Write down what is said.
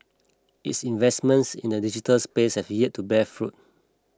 its investments in the digital space have yet to bear fruit